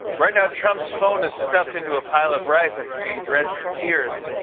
right now, trump's phone is stuffed into a pile of rice after being drenched with tears.